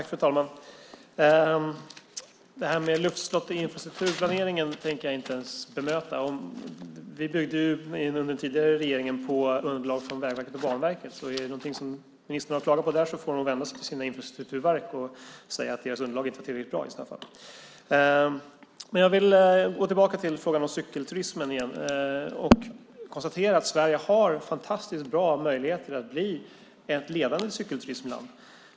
Fru talman! Det här med luftslott i infrastrukturplaneringen tänker jag inte ens bemöta. Vi byggde under den förra regeringen på underlag från Vägverket och Banverket. Om ministern har någonting att klaga på där får hon vända sig till infrastrukturverk och säga att deras underlag inte är tillräckligt bra. Men jag vill gå tillbaka till frågan om cykelturismen. Jag konstaterar att Sverige har fantastiskt bra möjligheter att bli ett ledande cykelturismland.